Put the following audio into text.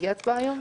תהיה הצבעה היום?